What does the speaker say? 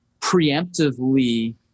preemptively